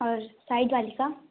और साइड वाली का